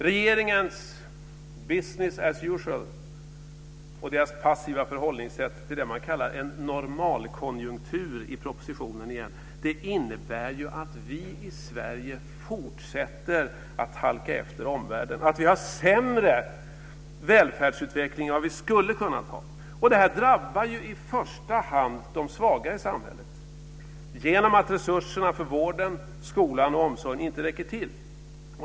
Regeringens business as usual och dess passiva förhållningssätt till det som man kallar en normalkonjunktur i propositionen innebär att vi i Sverige fortsätter att halka efter gentemot omvärlden. Vi har sämre välfärdsutveckling än vad vi skulle ha kunnat ha. Det drabbar i första hand de svagare i samhället genom att resurserna för vården, skolan och omsorgen inte räcker till.